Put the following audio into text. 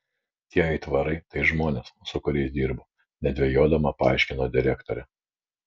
tie aitvarai tai žmonės su kuriais dirbu nedvejodama paaiškino direktorė